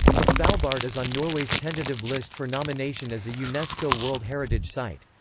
svalbard is on norway's tentative list for nomination as a unesco world heritage site.